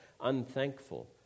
unthankful